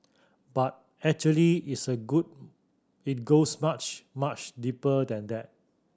but actually it's a good it goes much much deeper than that